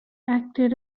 acted